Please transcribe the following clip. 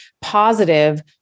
positive